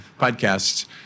podcasts